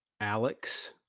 Alex